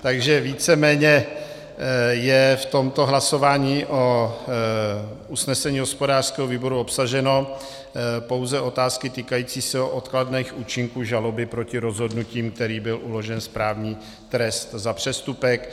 Takže víceméně jsou v tomto hlasování o usnesení hospodářského výboru obsaženy pouze otázky týkající se odkladných účinků žaloby proti rozhodnutím, kterými byl uložen správní trest za přestupek.